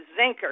Zinker